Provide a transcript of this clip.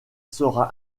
sera